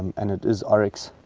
and it is oryx.